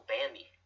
Bambi